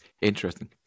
Interesting